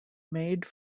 made